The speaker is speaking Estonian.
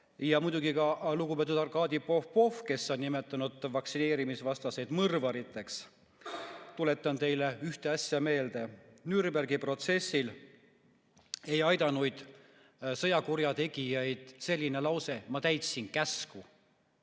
ja muidugi ka lugupeetud Arkadi Popov, kes te olete nimetanud vaktsineerimisvastaseid mõrvariteks, tuletan teile ühte asja meelde: Nürnbergi protsessil ei aidanud sõjakurjategijaid selline lause, et ma täitsin käsku.